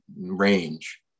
range